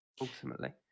ultimately